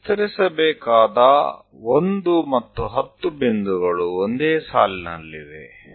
ನಾವು ವಿಸ್ತರಿಸಬೇಕಾದ 1 ಮತ್ತು 10 ಬಿಂದುಗಳು ಒಂದೇ ಸಾಲಿನಲ್ಲಿವೆ